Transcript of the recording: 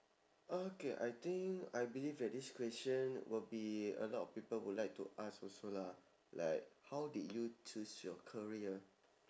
okay I think I believe that this question will be a lot of people would like to ask also lah like how did you choose your career